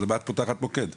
אז למה את פותחת מוקד?